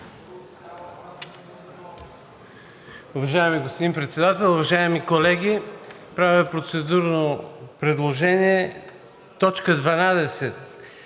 Уважаеми господин Председател, уважаеми колеги! Правя процедурно предложение т. 12